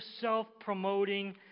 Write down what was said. self-promoting